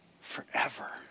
forever